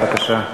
בבקשה.